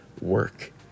work